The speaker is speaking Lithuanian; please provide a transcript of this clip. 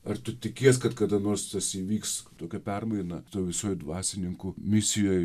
ar tu tikies kad kada nors įvyks tokia permaina toj visoj dvasininkų misijoj